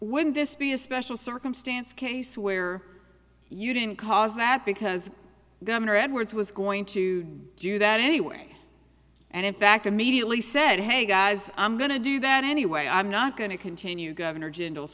wouldn't this be a special circumstance case where you didn't cause that because governor edwards was going to do that anyway and in fact immediately said hey guys i'm going to do that anyway i'm not going to continue governor jin